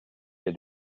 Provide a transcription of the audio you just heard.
est